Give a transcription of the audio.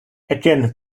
again